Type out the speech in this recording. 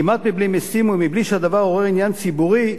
כמעט מבלי משים ומבלי שהדבר עורר דיון ציבורי,